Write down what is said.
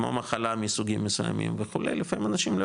כמו מחלה מכל מיני סוגים וכו' לפעמים אנשים לא